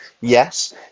Yes